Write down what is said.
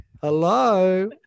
Hello